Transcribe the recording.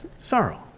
sorrow